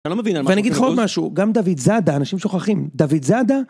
אני לא מבין, ואני אגיד לך עוד משהו, גם דוד זאדה אנשים שוכחים דוד זאדה.